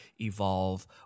evolve